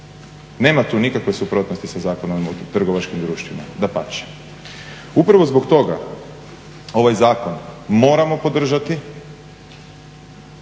Nema tu nikakve suprotnosti sa Zakonom o trgovačkim društvima, dapače. Upravo zbog toga ovaj zakon moramo podržati